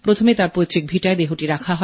প্রথম তাঁর পৈত্রিক ভিটায় দেহটি রাখা হয়